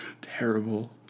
Terrible